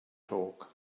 torque